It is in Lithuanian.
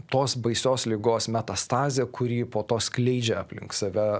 tos baisios ligos metastazė kuri po to skleidžia aplink save